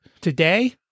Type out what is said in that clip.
Today